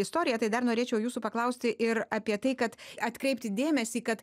istoriją tai dar norėčiau jūsų paklausti ir apie tai kad atkreipti dėmesį kad